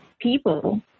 people